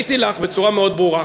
עניתי לך בצורה מאוד ברורה.